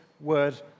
word